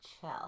chill